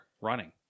running